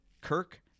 Kirk